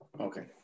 Okay